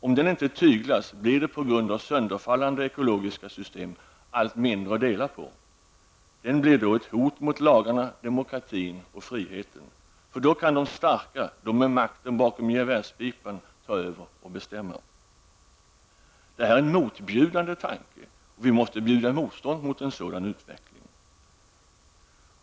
Om den ej tyglas blir det på grund av sönderfallande ekologiska system allt mindre att dela på. Marknaden blir ett hot mot lagarna, demokratin och friheten. Dåk kan de starka, de med makten bakom gevärspipan, ta över och bestämma. Det är en motbjudande tanke. Vi måste bjuda motstånd mot en sådan utveckling.